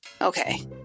Okay